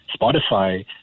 Spotify